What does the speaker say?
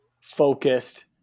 focused